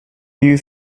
you